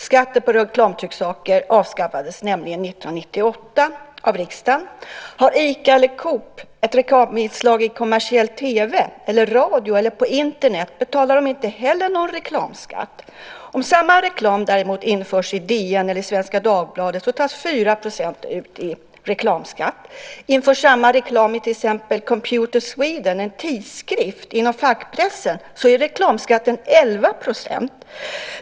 Skatten på reklamtrycksaker avskaffades nämligen av riksdagen 1998. Om Ica eller Coop har ett reklaminslag i kommersiell TV eller radio eller på Internet betalar de inte heller någon reklamskatt. Om samma reklam däremot införs i DN eller i Svenska Dagbladet tas det ut 4 % i reklamskatt. Om samma reklam införs i till exempel Computer Sweden, som är en tidskrift inom fackpressen, är reklamskatten 11 %.